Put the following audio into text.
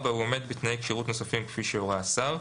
(4)הוא עומד בתנאי כשירות נוספים כפי שהורה השר.